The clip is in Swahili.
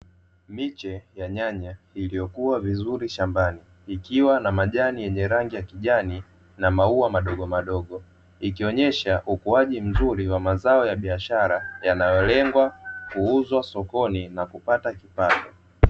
Miche ya nyanya iliyokuwa vizuri shambani, ikiwa na majani ya rangi ya kijani na mauwa madogo madogo, ikionesha ukuaji mzuri wa mazao ya biashara yanayolengwa kuuzwa sokoni na kupata kipato.